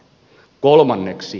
kolmanneksi